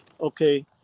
okay